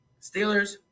Steelers